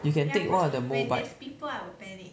you can take one of the Mobike